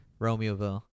Romeoville